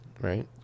right